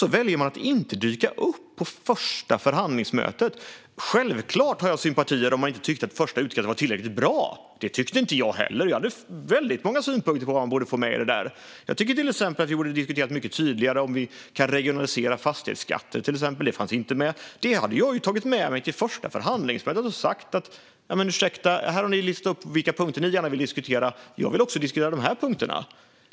Sedan väljer KD att inte dyka upp på första förhandlingsmötet. Självklart har jag sympatier för att man inte tyckte att första utkastet var tillräckligt bra. Det tyckte inte jag heller. Jag hade många synpunkter. Jag tycker att vi tydligare borde diskutera om vi kan regionalisera fastighetsskatter. Den frågan fanns inte med. Jag tog med mig detta till första förhandlingsmötet och sa: Ursäkta, ni har lyft upp vilka punkter ni gärna vill diskutera, men jag vill också diskutera dessa punkter!